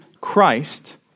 Christ